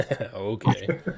Okay